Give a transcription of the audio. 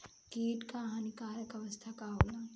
कीट क हानिकारक अवस्था का होला?